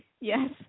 Yes